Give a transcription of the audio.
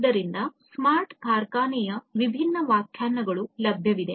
ಆದ್ದರಿಂದ ಸ್ಮಾರ್ಟ್ ಕಾರ್ಖಾನೆಯ ವಿಭಿನ್ನ ವ್ಯಾಖ್ಯಾನಗಳು ಲಭ್ಯವಿದೆ